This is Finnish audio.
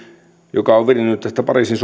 joka on virinnyt tästä pariisin